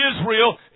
Israel